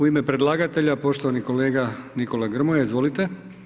U ime predlagatelja, poštovani kolega Nikola Grmoja, izvolite.